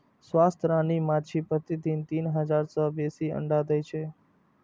स्वस्थ रानी माछी प्रतिदिन तीन हजार सं बेसी अंडा दै छै